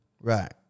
Right